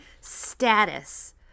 status